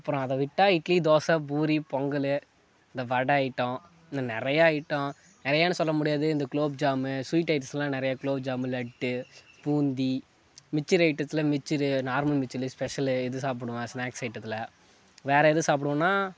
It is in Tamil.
அப்புறம் அதை விட்டால் இட்லி தோசை பூரி பொங்கல் இந்த வடை ஐட்டம் இன்னும் நிறையா ஐட்டம் நிறையானு சொல்ல முடியாது இந்த குலோப்ஜாமு சுவீட் ஐட்ஸ்லாம் நிறையா குலோப்ஜாமு லட்டு பூந்தி மிச்சர் ஐட்டத்தில் மிச்சர் நார்மல் மிச்சர் ஸ்பெஷலு இது சாப்பிடுவேன் ஸ்நாக்ஸ் ஐட்டத்தில் வேறே எது சாப்பிடுவேனா